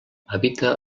evita